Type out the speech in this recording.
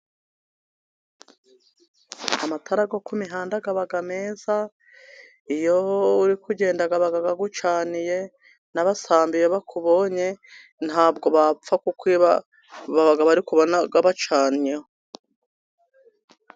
Amatara yo ku mihanda aba meza. Iyo uri kugenda ABA agucaniye, n'abasambo iyo bakubonye ntibapfa kukwiba, kuko baba babona abacanyeho.